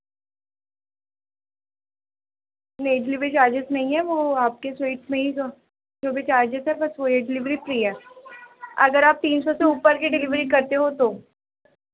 نہیں delivery charges نہیں ہے وہ آپ کے سویٹ میں ہی جو بھی چارجز ہے بس وہ یہ ڈلیوری فری ہے اگر آپ تین سو سے اوپر کے ڈلیوری کرتے ہو تو